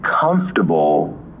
comfortable